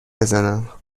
بزنم